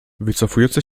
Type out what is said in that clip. wycofujące